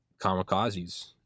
kamikazes